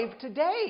today